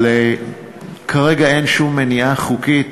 אבל כרגע אין שום מניעה חוקית,